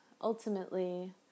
ultimately